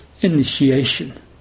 initiation